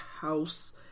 house